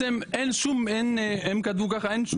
הם כתבו ככה אין שום.